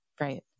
Right